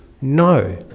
no